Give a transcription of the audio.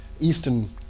Eastern